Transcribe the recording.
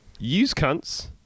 UseCunts